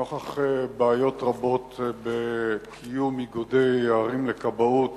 נוכח בעיות רבות בקיום איגודי ערים לכבאות